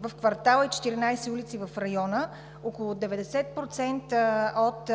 в квартала и 14 улици в района. Около 90% от